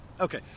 Okay